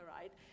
right